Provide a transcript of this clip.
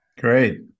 Great